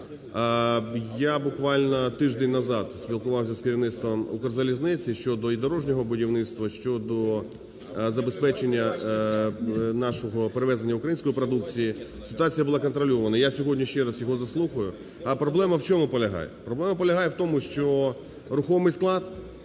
Я буквально тиждень назад спілкувався з керівництвом "Укрзалізниці" щодо і дорожнього будівництва, щодо забезпечення нашого… перевезення української продукції. Ситуація була контрольованою. Я сьогодні ще раз його заслухаю. А проблема в чому полягає? Проблема полягає в тому, що рухомий склад